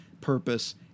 purpose